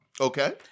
Okay